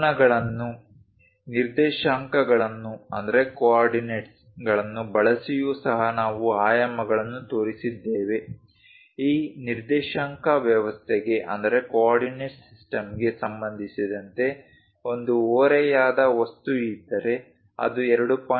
ಕೋನಗಳನ್ನು ನಿರ್ದೇಶಾಂಕಗಳನ್ನು ಬಳಸಿಯೂ ಸಹ ನಾವು ಆಯಾಮಗಳನ್ನು ತೋರಿಸಿದ್ದೇವೆ ಈ ನಿರ್ದೇಶಾಂಕ ವ್ಯವಸ್ಥೆಗೆ ಸಂಬಂಧಿಸಿದಂತೆ ಒಂದು ಓರೆಯಾದ ವಸ್ತು ಇದ್ದರೆ ಅದು 2